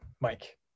mike